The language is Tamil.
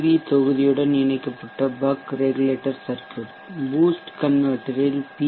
வி தொகுதியுடன் இணைக்கப்பட்ட பக் ரெகுலேட்டர் சர்க்யூட் பூஸ்ட் கன்வெர்ட்டர்ல் பி